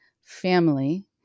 family